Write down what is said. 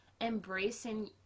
embracing